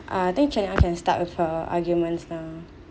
uh I think Jenna can start with her arguments now